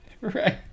Right